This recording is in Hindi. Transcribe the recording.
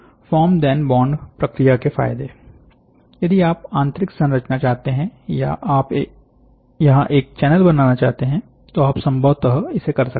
फॉर्म धेन बॉन्ड प्रक्रिया के फायदे यदि आप आंतरिक संरचना चाहते हैं या आप यहां एक चैनल बनाना चाहते हैं तो आप संभवत इसे कर सकते हैं